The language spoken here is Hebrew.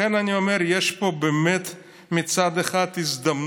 לכן אני אומר שיש פה באמת מצד אחד הזדמנות,